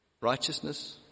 righteousness